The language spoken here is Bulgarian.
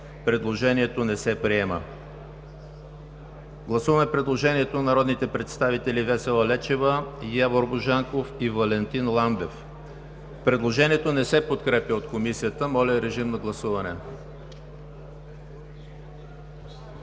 Предложението не се приема. Гласуваме предложението на народните представители Весела Лечева, Явор Божанков и Валентин Ламбев. Предложението не се подкрепя от Комисията. Моля, гласувайте.